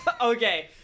Okay